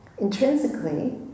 Intrinsically